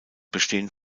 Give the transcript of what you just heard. bestehen